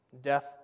Death